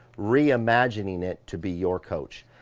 re-imagining it, to be your coach.